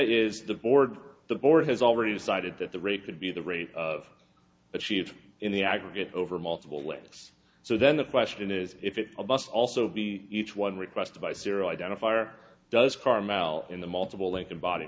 is the board the board has already decided that the rate could be the rate of achieved in the aggregate over multiple lists so then the question is if it's a bus also be each one requested by serial identifier does carmel in the multiple lin